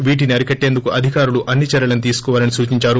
వీటిని అరికట్టేందుకు అధికారులు అన్ని చర్యలను తీసుకోవాలని సూచిందారు